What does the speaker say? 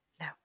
No